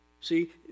See